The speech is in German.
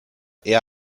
eher